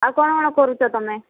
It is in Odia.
ଆଉ କ'ଣ କ'ଣ କରୁଛ ତମେ